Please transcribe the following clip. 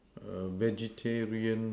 a vegetarian